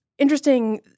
Interesting